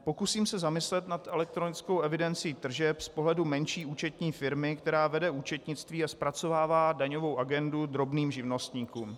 Pokusím se zamyslet nad elektronickou evidencí tržeb z pohledu menší účetní firmy, která vede účetnictví a zpracovává daňovou agendu drobným živnostníkům.